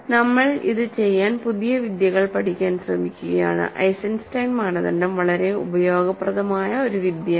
നമ്മൾ ഇത് ചെയ്യാൻ പുതിയ വിദ്യകൾ പഠിക്കാൻ ശ്രമിക്കുകയാണ് ഐസൻസ്റ്റൈൻ മാനദണ്ഡം വളരെ ഉപയോഗപ്രദമായ ഒരു വിദ്യയാണ്